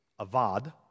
avad